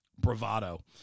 bravado